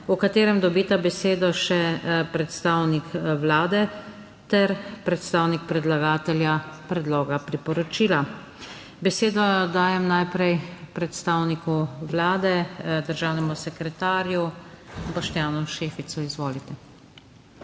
v katerem dobita besedo še predstavnik Vlade ter predstavnik predlagatelja predloga priporočila. Besedo dajem najprej predstavniku Vlade, državnemu sekretarju, Boštjanu Šeficu. Izvolite.